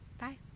Bye